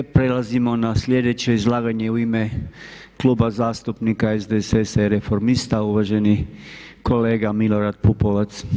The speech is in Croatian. Prelazimo na sljedeće izlaganje u ime Kluba zastupnika SDSS-a i Reformista, uvaženi kolega Milorad Pupovac.